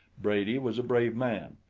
brady was a brave man.